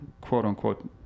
quote-unquote